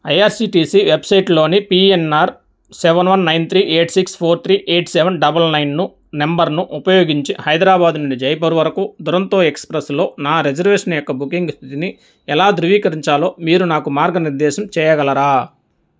IRCTC వెబ్సైట్లోని PNR seven one nine three eight six four three eight seven double నైన్ను number ఉపయోగించి హైదరాబాద్ నుండి జైపూర్ వరకు దురొంతో ఎక్స్ప్రెస్లో నా రిజర్వేషన్ యొక్క బుకింగ్ స్థితిని ఎలా ధృవీకరించాలో మీరు నాకు మార్గనిర్దేశం చేయగలరా